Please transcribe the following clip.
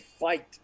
fight